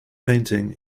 painting